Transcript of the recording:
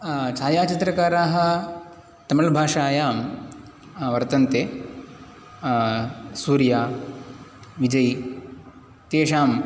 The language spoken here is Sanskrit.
छायाचित्रकाराः तमिल्भाषायां वर्तन्ते सूर्य विजय् तेषां